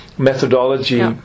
Methodology